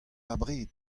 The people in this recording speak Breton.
abred